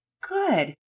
Good